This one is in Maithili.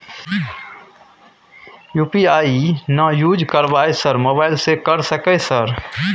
यु.पी.आई ना यूज करवाएं सर मोबाइल से कर सके सर?